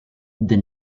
the